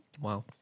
Wow